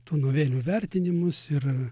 tų novelių vertinimus ir